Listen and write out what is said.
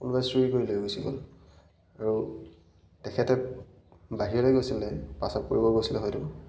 কোনোবাই চুৰি কৰি লৈ গুছি গ'ল আৰু তেখেতে বাহিৰলৈ গৈছিলে প্ৰস্ৰাৱ কৰিব গৈছিলে হয়টো